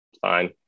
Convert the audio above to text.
fine